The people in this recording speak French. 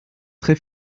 très